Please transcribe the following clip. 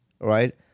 Right